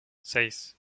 seis